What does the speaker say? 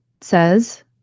says